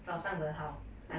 早上的好 I like